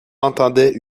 entendait